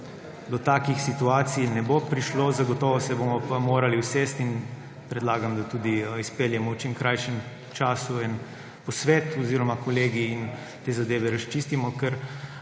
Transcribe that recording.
do takih situacij ne bo prišlo. Zagotovo se bomo pa morali usesti in predlagam, da tudi izpeljemo v čim krajšem času en posvet oziroma kolegij, da te zadeve razčistimo.